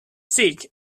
seek